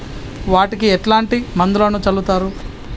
వాటికి ఎట్లాంటి మందులను చల్లుతరు?